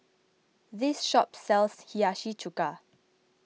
this shop sells Hiyashi Chuka